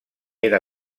era